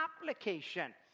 application